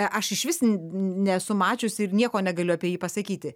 aš išvis nesu mačiusi ir nieko negaliu apie jį pasakyti